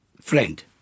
friend